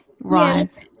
rise